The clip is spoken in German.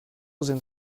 sind